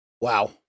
Wow